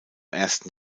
ersten